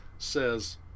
Says